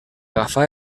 agafà